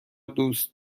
دوست